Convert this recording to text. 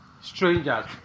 strangers